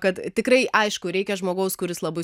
kad tikrai aišku reikia žmogaus kuris labai